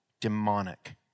demonic